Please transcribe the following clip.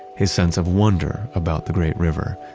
his sense of wonder about the great river.